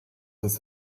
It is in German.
das